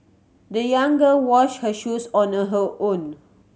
the young girl washed her shoes on her own